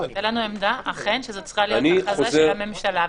הייתה לנו עמדה אכן שזו צריכה להיות הכרזה של הממשלה,